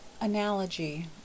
analogy